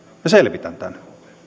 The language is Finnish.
minä selvitän tämän